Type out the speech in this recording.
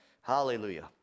Hallelujah